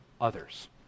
others